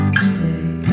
today